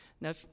Now